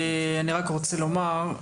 אני רק רוצה לומר,